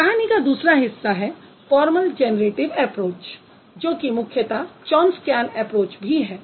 कहानी का दूसरा हिस्सा है फॉर्मल जैनैरेटिव ऐप्रोच जो कि मुख्यत चौंम्स्क्यान ऐप्रोच भी है